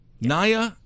naya